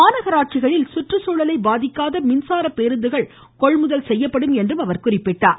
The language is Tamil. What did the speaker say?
மாநகராட்சிகளில் சுற்றுச்சூழலை பாதிக்காத மின்சார பேருந்துகள் கொள்முதல் செய்யப்படும் என்றும் குறிப்பிட்டார்